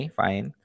fine